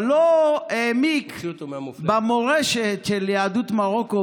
הוא לא העמיק במורשת של יהדות מרוקו,